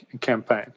campaign